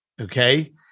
Okay